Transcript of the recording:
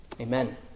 Amen